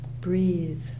Breathe